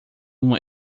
uma